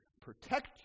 protect